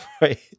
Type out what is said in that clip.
right